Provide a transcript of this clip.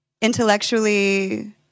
intellectually